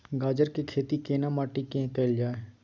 गाजर के खेती केना माटी में कैल जाए?